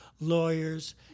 lawyers